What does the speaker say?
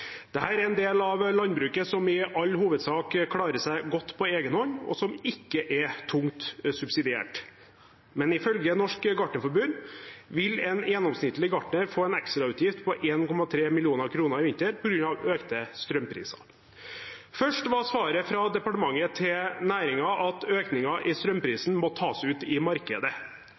er en del av landbruket som i all hovedsak klarer seg godt på egen hånd og som ikke er tungt subsidiert. Men ifølge Norsk Gartnerforbund vil en gjennomsnittlig gartner få en ekstrautgift på 1,3 mill. kr i vinter på grunn av økte strømpriser. Først var svaret fra departementet til næringen at økningen i strømprisen må tas ut i markedet.